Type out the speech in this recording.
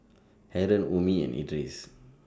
Haron Ummi and Idris